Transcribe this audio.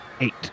Eight